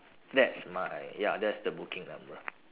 that's my ya that's the booking number